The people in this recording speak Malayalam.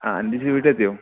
ആ അനു ടീച്ചറ് വീട്ടിലെത്തിയോ